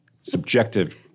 subjective